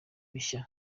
bishya